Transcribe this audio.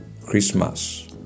Christmas